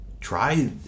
try